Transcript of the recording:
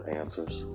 answers